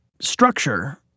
structure